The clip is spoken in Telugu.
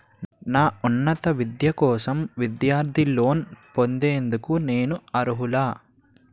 నా ఉన్నత విద్య కోసం విద్యార్థి లోన్ పొందేందుకు నేను అర్హులా?